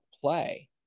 play